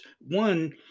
One